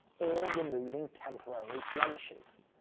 or removing temporary blemishes.